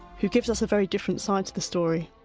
who gives us a very different side to the story.